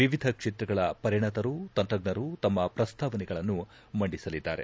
ವಿವಿಧ ಕ್ಷೇತ್ರಗಳ ಪರಿಣಿತರು ತಂತ್ರಜ್ಞರು ತಮ್ಮ ಪ್ರಸ್ತಾವನೆಗಳನ್ನು ಮಂಡಿಸಲಿದ್ದಾರೆ